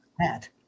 hat